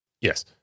Yes